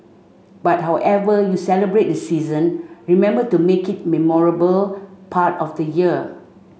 but however you celebrate the season remember to make it memorable part of the year